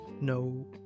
no